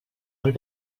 molt